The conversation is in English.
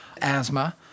asthma